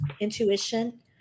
intuition